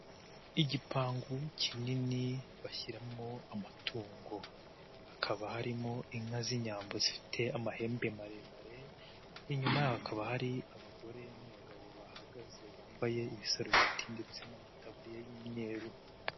Igipangu kinini bashyiramo amatungo hakaba harimo inka z'Inyambo zifite amahembe maremare, inyuma yaho hakaba hari abagore n'abagabo bahagaze bambaye ibisarubeti ndetse n'amataburiya y'imyeru.